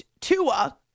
Tua